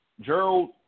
Gerald